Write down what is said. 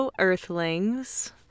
Earthlings